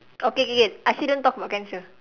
okay K K I say don't talk about cancer